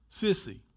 sissy